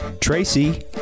Tracy